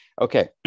okay